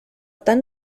tan